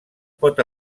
pot